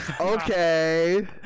Okay